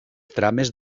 trames